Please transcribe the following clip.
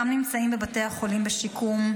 אני קובע כי הצעת חוק הגנה על הציבור מפני ארגוני פשיעה,